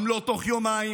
גם לא תוך יומיים.